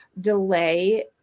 delay